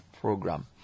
program